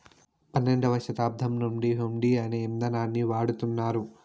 పన్నెండవ శతాబ్దం నుండి హుండీ అనే ఇదానాన్ని వాడుతున్నారు